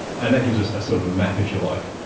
and that gives us a sort of map, if you like,